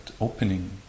opening